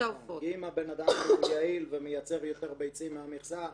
-- אם הבן אדם יעיל ומייצר יותר ביצים מהמכסה,